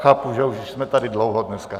Chápu, že už jsme tady dlouho dneska.